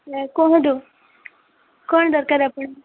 ନାଇଁ କୁହନ୍ତୁ କ'ଣ ଦରକାର ଆପଣ